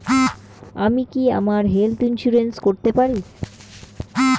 আমি কি আমার হেলথ ইন্সুরেন্স করতে পারি?